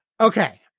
Okay